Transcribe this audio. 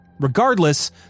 Regardless